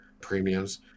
premiums